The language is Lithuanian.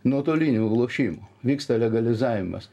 nuotolinių lošimų vyksta legalizavimas